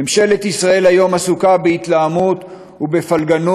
ממשלת ישראל היום עסוקה בהתלהמות ובפלגנות,